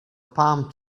palm